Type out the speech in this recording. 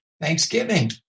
Thanksgiving